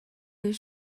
байна